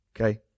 Okay